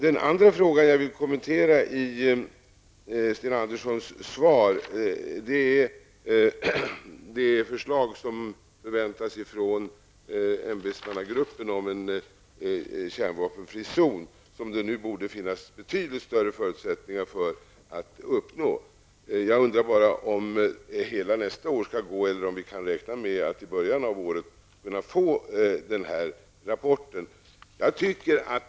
Det andra jag vill kommentera i Sten Anderssons svar är det förslag som väntas från ämbetsmannagruppen om en kärnvapenfri zon, något som det nu borde finnas betydligt större förutsättningar att uppnå. Skall hela nästa år gå, eller kan vi räkna med att till början av året få denna rapport?